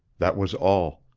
that was all.